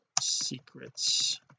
secrets